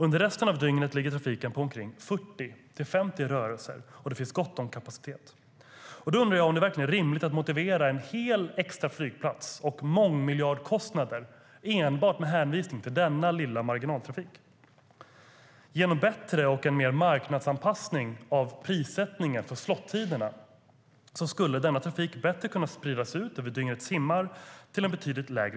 Under resten av dygnet ligger trafiken på omkring 40-50 rörelser per timme, och det finns gott om kapacitet. Jag undrar därför om det verkligen är rimligt att motivera en hel extra flygplats och mångmiljardkostnader endast med hänvisning till denna lilla marginaltrafik. Genom en bättre och mer marknadsanpassad prissättning av slottiderna skulle denna trafik bättre kunna spridas ut över dygnets timmar till en betydligt lägre kostnad.